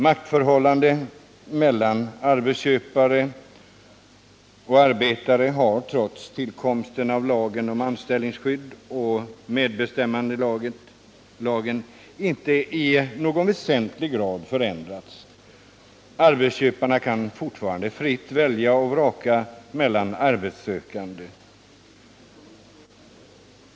Maktförhållandena mellan arbetare och arbetsköpare har — trots tillkomsten av lagen om anställningsskydd och medbestämmandelagen — inte i någon väsentlig grad förändrats. Arbetsköparna kan fortfarande fritt välja och vraka mellan arbetssökande.